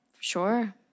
Sure